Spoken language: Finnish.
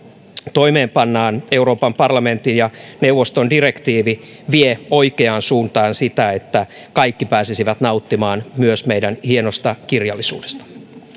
toimeenpannaan euroopan parlamentin ja neuvoston direktiivi vie oikeaan suuntaan sitä että kaikki pääsisivät nauttimaan myös meidän hienosta kirjallisuudestamme